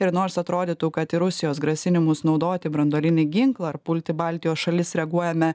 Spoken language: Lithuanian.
ir nors atrodytų kad į rusijos grasinimus naudoti branduolinį ginklą ar pulti baltijos šalis reguojame